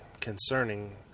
concerning